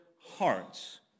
hearts